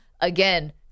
again